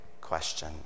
question